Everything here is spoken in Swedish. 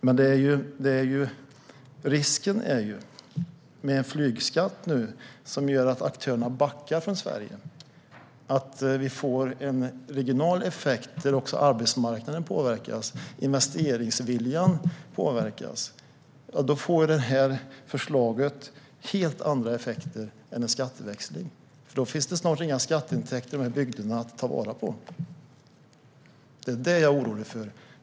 Men risken med en flygskatt, som gör att aktörerna backar från Sverige, är att vi får en regional effekt där också arbetsmarknaden och investeringsviljan påverkas. Då får detta förslag helt andra effekter än en skatteväxling. Då finns det snart inga skatteintäkter i dessa bygder att ta vara på. Det är detta jag är orolig för.